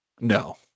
No